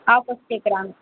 offers கேட்கறாங்க